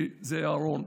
זה אהרן,